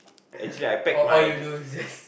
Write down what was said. all all you do is just